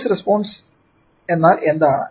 force response എന്നാൽ എന്താണ്